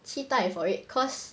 期待 for it cause